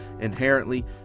inherently